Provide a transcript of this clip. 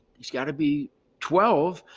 he's gotta be twelve.